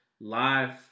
Live